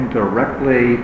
directly